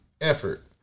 Effort